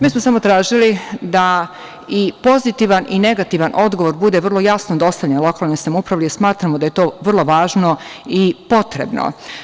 Mi smo samo tražili da i pozitivan i negativan odgovor bude vrlo jasno dostavljen lokalnim samouprava jer smatramo da je to vrlo važno i potrebno.